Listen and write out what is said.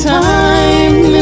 time